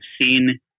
seen